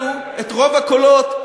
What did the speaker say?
קיבלנו את רוב הקולות.